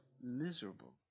miserable